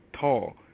tall